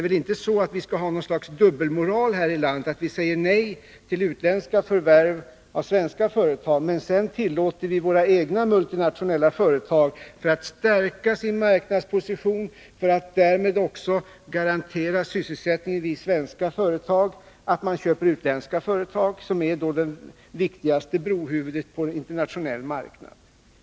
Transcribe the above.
Vi skall väl inte ha något slags dubbelmoral här i landet, så att vi säger nej till utländska förvärv av svenska företag men tillåter våra egna multinationella företag att, för att stärka sin marknadsposition och därmed också garantera sysselsättningen vid svenska företag, köpa utländska företag, vilket ju utgör det viktigaste brohuvudet på en internationell marknad.